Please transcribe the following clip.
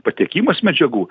patekimas medžiagų